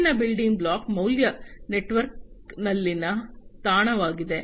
ಮುಂದಿನ building block ಮೌಲ್ಯ ನೆಟ್ವರ್ಕ್ನಲ್ಲಿನ ತಾಣವಾಗಿದೆ